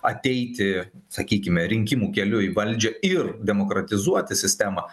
ateiti sakykime rinkimų keliu į valdžią ir demokratizuoti sistemą